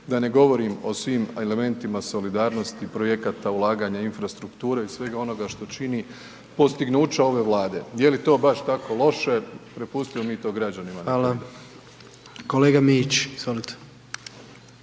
da ne govorim o svim elementima solidarnosti projekata ulaganja infrastrukture i svega onoga što čini postignuća ove Vlade, je li to baš tako loše, prepustimo mi to građanima …/Govornik se